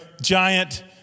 giant